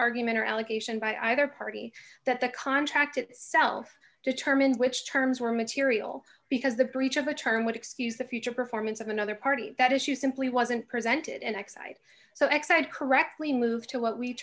argument or allegation by either party that the contract itself determines which terms were material because the breach of a term would excuse the future performance of another party that issue simply wasn't presented and excited so excited correctly moved to what we